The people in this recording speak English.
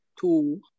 two